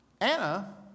Anna